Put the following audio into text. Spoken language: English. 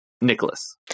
Nicholas